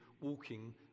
walking